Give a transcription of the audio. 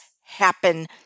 happen